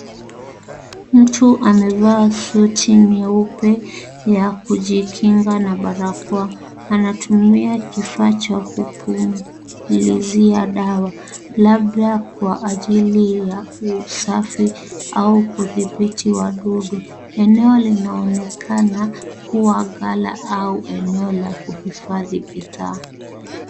Mtu amevaa suti nyeupe ya kujikinga na barakoa. Anatumia kifaa cha kupulizia dawa, labda kwa ajili ya usafi au kudhibiti wadudu. Eneo linaonekana kuwa ghala au eneo la kuhifadhi bidhaa.